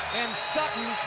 and sutton,